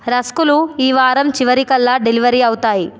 రస్కులు ఈవారం చివరికళ్ళ డెలివరీ అవుతాయి